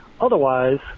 Otherwise